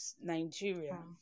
Nigeria